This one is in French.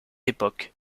époques